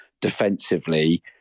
defensively